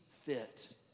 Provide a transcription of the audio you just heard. fit